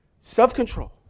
self-control